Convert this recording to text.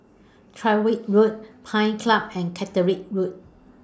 Tyrwhitt Road Pines Club and Catterick Road